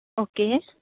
okay